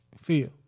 Feel